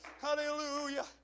Hallelujah